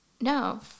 no